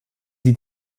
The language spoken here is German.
sie